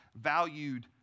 valued